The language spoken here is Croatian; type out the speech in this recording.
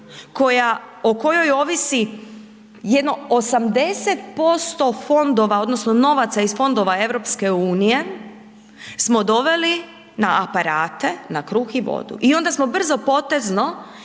o kojoj ovisi jedno 80% fondova odnosno novaca iz fondova EU, smo doveli na aparate, na kruh i vodu i onda smo brzopotezno